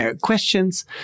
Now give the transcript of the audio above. questions